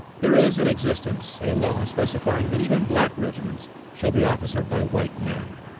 there is in existence a law specifying that even black regiments shall be officered by white men,